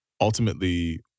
ultimately